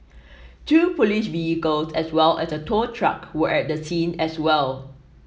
two police vehicles as well as a tow truck were at the scene as well